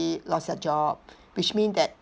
Iost their job which mean that